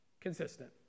consistent